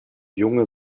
junge